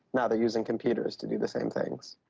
now they are using computers to do the same things.